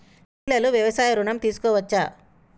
మహిళలు వ్యవసాయ ఋణం తీసుకోవచ్చా?